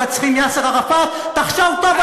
תצא החוצה, בבקשה.